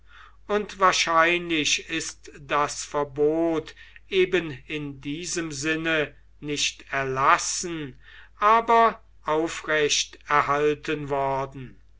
und wahrscheinlich ist das verbot eben in diesem sinne nicht erlassen aber aufrecht erhalten worden